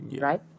right